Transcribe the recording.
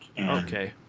Okay